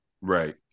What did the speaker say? right